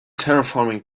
terraforming